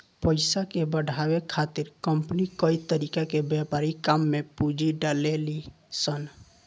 पइसा के बढ़ावे खातिर कंपनी कई तरीका के व्यापारिक काम में पूंजी डलेली सन